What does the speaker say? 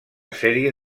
sèrie